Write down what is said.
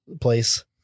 place